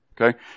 Okay